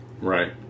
Right